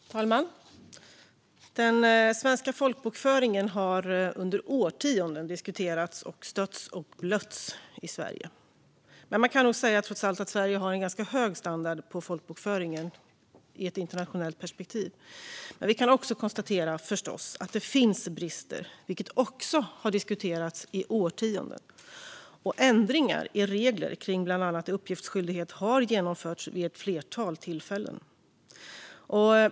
Fru talman! Den svenska folkbokföringen har under årtionden diskuterats, stötts och blötts. Men vi kan nog trots allt säga att Sverige i ett internationellt perspektiv har en ganska hög standard på folkbokföringen. Vi kan också konstatera att det finns brister, vilket också har diskuterats i årtionden. Ändringar i regler kring bland annat uppgiftsskyldighet har genomförts vid ett flertal tillfällen.